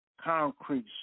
concrete